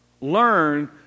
Learn